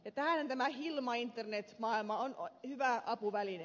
tähän tämä hilma internetmaailma on hyvä apuväline